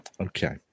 okay